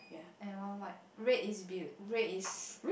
and one white red is be~ red is